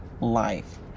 life